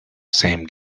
same